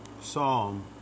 Psalm